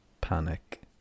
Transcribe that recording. panic